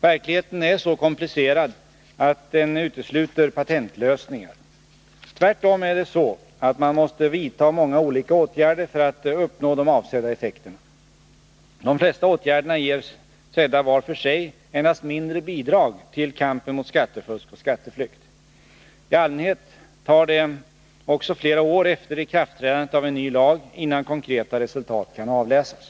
Verkligheten är så komplicerad att den utesluter patentlösningar. Tvärtom är det så, att man måste vidta många olika åtgärder för att uppnå de avsedda effekterna. Det flesta åtgärderna ger sedda var för sig endast mindre bidrag till kampen mot skattefusk och skatteflykt. I allmänhet tar det också flera år efter ikraftträdandet av en ny lag, innan konkreta resultat kan avläsas.